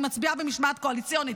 אני מצביעה במשמעת קואליציונית,